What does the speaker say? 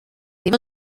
ddim